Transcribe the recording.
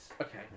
Okay